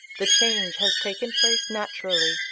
the change has taken place naturally,